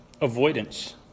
avoidance